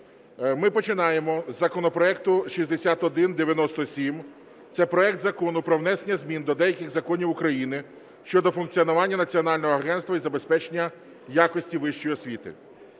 Ми починаємо з законопроекту 6197. Це проект Закону про внесення змін до деяких законів України щодо функціонування Національного агентства із забезпечення якості вищої освіти.